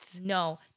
No